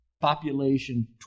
Population